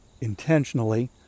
intentionally